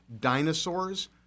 dinosaurs